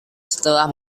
setelah